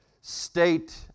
State